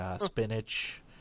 spinach